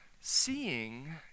Seeing